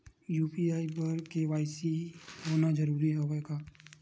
UPI बर KYC होना जरूरी हवय का?